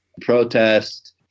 protest